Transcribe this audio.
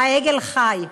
העגל חי,